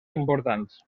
importants